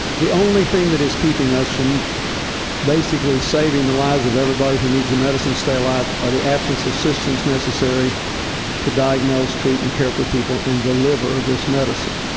the only thing that is keeping us from basically saving the lives of everybody who needs the medicine alive are the absence of systems necessary to diagnose, treat and care for people and deliver this medicine.